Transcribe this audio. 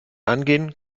angehen